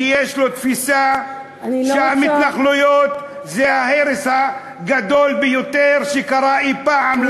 שיש לו תפיסה שההתנחלויות זה ההרס הגדול ביותר שקרה לנו אי-פעם?